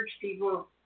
people